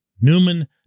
Newman